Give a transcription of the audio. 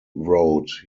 wrote